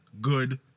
good